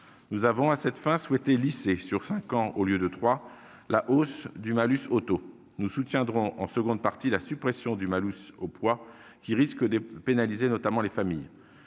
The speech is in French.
Nous avons, à cette fin, souhaité lisser, sur cinq ans au lieu de trois, la hausse du malus automobile. Nous soutiendrons, en seconde partie, la suppression du malus au poids, qui risque de pénaliser les familles.